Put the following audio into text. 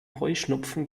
heuschnupfen